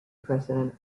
president